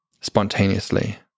spontaneously